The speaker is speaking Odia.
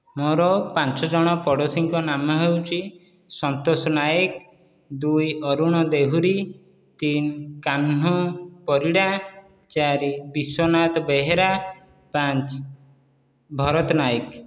ମୋର ପାଞ୍ଚଜଣ ପଡ଼ୋଶୀଙ୍କ ନାମ ହେଉଛି ସନ୍ତୋଷ ନାୟକ ଦୁଇ ଅରୁଣ ଦେହୁରୀ ତିନି କାହ୍ନୁ ପରିଡ଼ା ଚାରି ବିଶ୍ବନାଥ ବେହେରା ପାଞ୍ଚ ଭରତ ନାୟକ